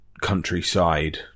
countryside